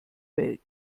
welt